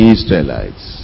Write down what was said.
Israelites